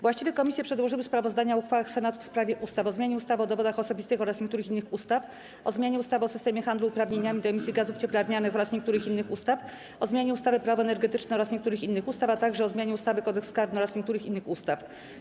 Właściwe komisje przedłożyły sprawozdania o uchwałach Senatu w sprawie ustaw: - o zmianie ustawy o dowodach osobistych oraz niektórych innych ustaw, - o zmianie ustawy o systemie handlu uprawnieniami do emisji gazów cieplarnianych oraz niektórych innych ustaw, - o zmianie ustawy - Prawo energetyczne oraz niektórych innych ustaw, - o zmianie ustawy - Kodeks karny oraz niektórych innych ustaw.